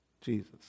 Jesus